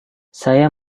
saya